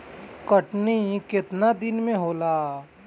कटनी केतना दिन मे होला?